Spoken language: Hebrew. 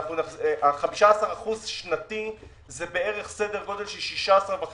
ה-15% שנתי זה סדר גודל של 16.5